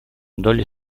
долли